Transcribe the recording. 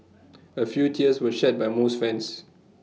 A few tears were shed by most fans